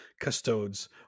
Custodes